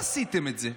עשיתם את זה,